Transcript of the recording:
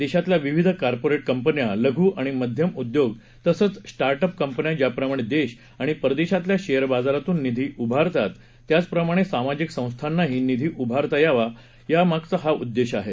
देशातल्या विविध कॉर्पोरेट कंपन्या लघु आणि मध्यम उद्योग तसंच स्टार्टअप कंपन्या ज्याप्रमाणे देश आणि परदेशातल्या शेअर बाजारातून निधी उभारतात त्याचप्रमाणे सामाजिक संस्थांनाही निधी उभारता यावा हा यामागचा उद्देश आहे